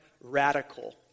radical